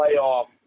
playoff